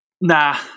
Nah